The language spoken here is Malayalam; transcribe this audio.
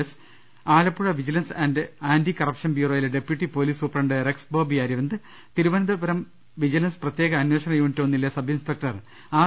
S Alappuzha vigilance and anti corruption ബ്യൂറോയിലെ deputy police superintendent Rex Bobby Aravind തിരുവനന്തപുരത്ത് വിജിലൻസ് പ്രത്യേക അന്വേഷണ യൂണിറ്റ് ഒന്നിലെ സബ് ഇൻസ്പെക്ടർ ആർ